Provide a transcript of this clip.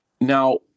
Now